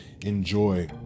enjoy